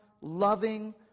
loving